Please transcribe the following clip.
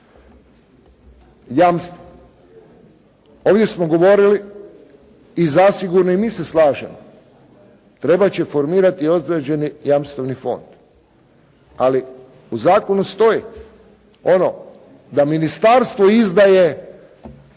Ovdje smo govorili i zasigurno i mi se slažemo, trebat će formirati određeni jamstveni fond, ali u zakonu stoji ono da ministarstvo izdaje